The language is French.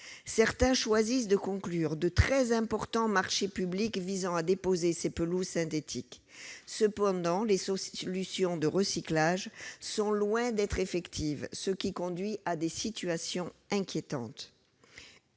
Certains choisissent de conclure de très importants marchés publics visant à déposer ces pelouses synthétiques. Cependant, les solutions de recyclage sont loin d'être effectives, ce qui conduit à des situations inquiétantes.